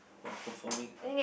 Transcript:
!wah! performing art